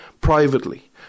privately